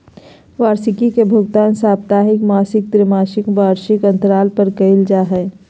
वार्षिकी के भुगतान साप्ताहिक, मासिक, त्रिमासिक, वार्षिक अन्तराल पर कइल जा हइ